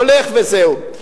הולך וזהו.